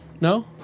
No